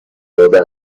داده